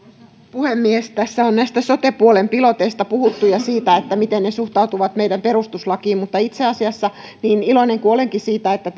puhemies tässä on näistä sote puolen piloteista puhuttu ja siitä miten ne suhtautuvat meidän perustuslakiin mutta itse asiassa niin iloinen kuin olenkin siitä että